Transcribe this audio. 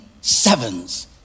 sevens